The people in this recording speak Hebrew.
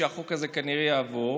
שהחוק הזה כנראה יעבור.